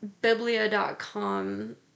biblia.com